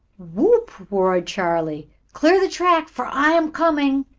whoop! roared charley. clear the track, for i am coming!